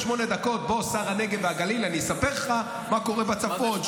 בוא, שר הנגב והגליל, אני אספר לך מה קורה בצפון.